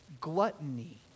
gluttony